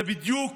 זה בדיוק